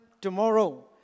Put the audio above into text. tomorrow